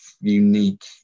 unique